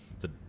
the-